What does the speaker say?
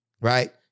right